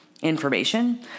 information